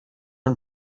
and